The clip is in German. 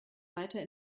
weiter